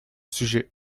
sujet